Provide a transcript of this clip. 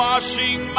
Washing